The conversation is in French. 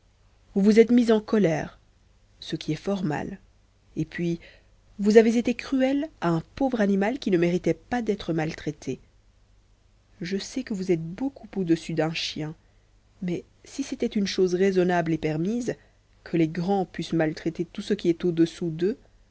vous vous êtes mis en colère ce qui est fort mal et puis vous avez été cruel à un pauvre animal qui ne méritait pas d'être maltraité je sais que vous êtes beaucoup au-dessus d'un chien mais si c'était une chose raisonnable et permise que les grands pussent maltraiter tout ce qui est au-dessous d'eux